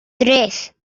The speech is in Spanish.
tres